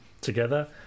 together